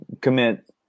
commit